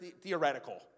theoretical